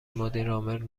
مدیرعامل